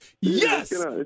yes